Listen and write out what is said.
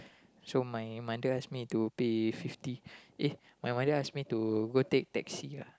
so my mother ask me to pay fifty eh my mother ask me to go take taxi lah